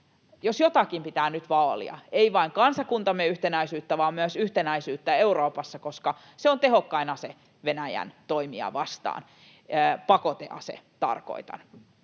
Jos jotakin pitää nyt vaalia, niin ei vain kansakuntamme yhtenäisyyttä, vaan myös yhtenäisyyttä Euroopassa, koska se on tehokkain ase Venäjän toimia vastaan — pakotease, tarkoitan